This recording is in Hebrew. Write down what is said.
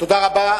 תודה רבה.